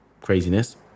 craziness